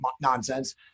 nonsense